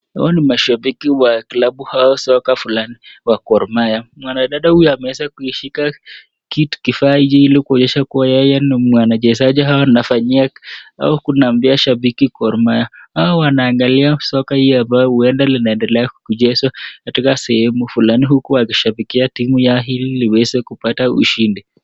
Hawa ni mashabiki wa klabu au soka fulani wa Gor Mahia, mwanadada huyu ameweza kuishika kitu kifaa hii ili kuonyesha yeye ni mchezaji au kuna pia shabiki Gor Mahia. Hawa wanaangalia soka hii ambayo huenda linaendela kuchezwa katika sehemu fulani huku wakishabikia timu yao ili iweze kupata ushindi.